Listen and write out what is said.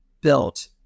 built